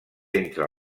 entre